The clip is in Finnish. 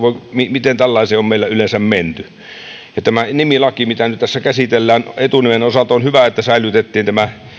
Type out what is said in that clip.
miten tällaiseen on meillä yleensä menty tämä nimilaki mitä nyt tässä käsitellään etunimen osalta on hyvä että säilytettiin tämä